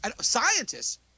scientists